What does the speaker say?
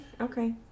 okay